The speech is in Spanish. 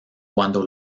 cuando